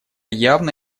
явно